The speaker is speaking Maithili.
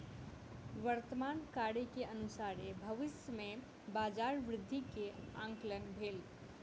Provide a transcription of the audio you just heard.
वर्तमान कार्य के अनुसारे भविष्य में बजार वृद्धि के आंकलन भेल